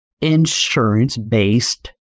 insurance-based